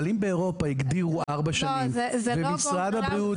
אבל אם באירופה הגדירו ארבע שנים ומשרד הבריאות